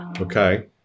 Okay